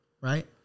Right